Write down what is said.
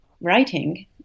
writing